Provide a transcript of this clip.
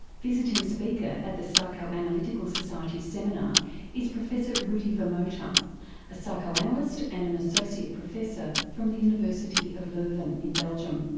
visiting speaker at the psychoanalytical society's seminar is professor rudi vermote, um a psychoanalyst and an associate professor from the university of leuven in belgium.